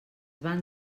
van